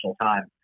time